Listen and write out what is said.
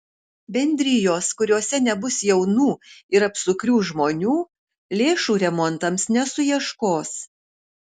bendrijos kuriose nebus jaunų ir apsukrių žmonių lėšų remontams nesuieškos